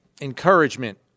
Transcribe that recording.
encouragement